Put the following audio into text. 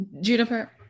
Juniper